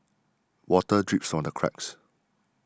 water drips from the cracks